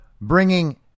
bringing